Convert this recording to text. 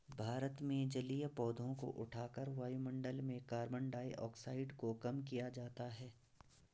भारत में जलीय पौधों को उठाकर वायुमंडल में कार्बन डाइऑक्साइड को कम किया जाता है